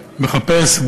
מחפש,